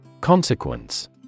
Consequence